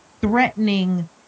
threatening